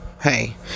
Hey